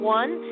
one